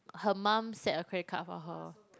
her mum set a credit card for her